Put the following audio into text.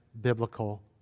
biblical